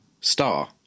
star